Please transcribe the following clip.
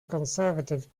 conservative